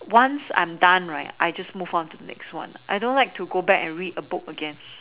once I'm done right I just move on to the next one I don't like to go back and read a book again